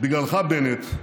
בגלל בנט,